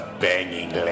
banging